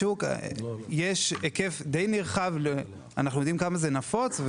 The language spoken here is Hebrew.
בשוק יש היקף די נרחב; אנחנו יודעים כמה זה נפוץ,